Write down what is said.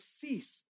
cease